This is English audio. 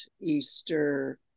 Easter